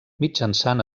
mitjançant